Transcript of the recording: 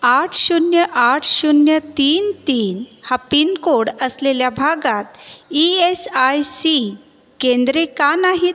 आठ शून्य आठ शून्य तीन तीन हा पिनकोड असलेल्या भागात ई एस आय सी केंद्रे का नाहीत